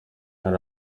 hari